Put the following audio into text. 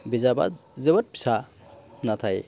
बिजाबा जोबोद फिसा नाथाय